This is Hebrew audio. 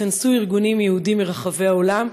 התכנסו ארגונים יהודיים מרחבי העולם,